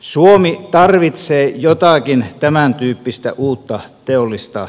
suomi tarvitsee jotakin tämäntyyppistä uutta teollista